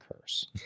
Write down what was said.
curse